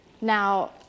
Now